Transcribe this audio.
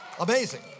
Amazing